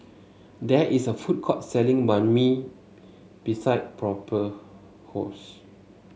there is a food court selling Banh Mi beside Prosper house